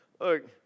Look